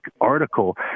article